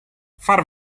far